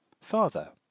Father